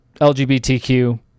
lgbtq